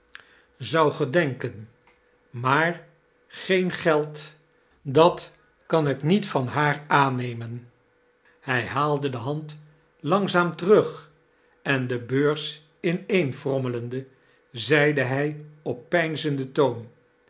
zou gedeaiken maax geen geld dat kan ik niet van haar aannemen hij haalde de hand langzaam terug en de beurs ineenfrommelende zeid hij op peinzenden toon